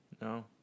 No